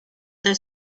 their